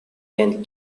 can